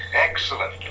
Excellent